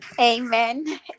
amen